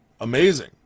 Amazing